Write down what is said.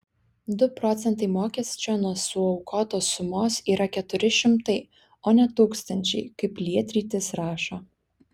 du procentai mokesčio nuo suaukotos sumos yra keturi šimtai o ne tūkstančiai kaip lietrytis rašo